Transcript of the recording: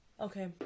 Okay